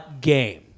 game